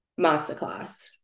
masterclass